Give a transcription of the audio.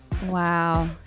Wow